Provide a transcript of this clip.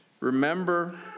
Remember